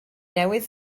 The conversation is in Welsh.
newydd